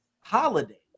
holiday